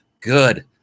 good